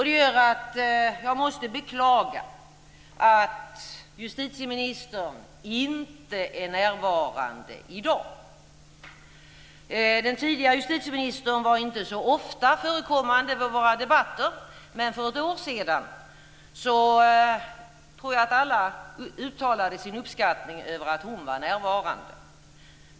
Det gör att jag måste beklaga att justitieministern inte är närvarande i dag. Den tidigare justitieministern var inte så ofta förekommande vid våra debatter, men för ett år sedan tror jag att alla uttalade sin uppskattning över att hon var närvarande.